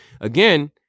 again